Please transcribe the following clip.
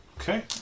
Okay